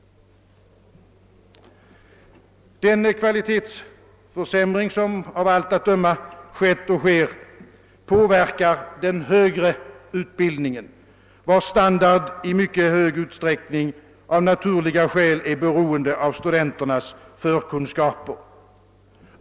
Den kvalitetsförsämring som av allt att döma har skett och sker påverkar den högre utbildningen, vars standard i mycket stor utsträckning av naturliga skäl är beroende av studenternas förkunskaper.